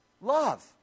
love